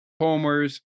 Homers